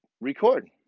record